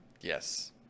Yes